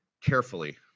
Carefully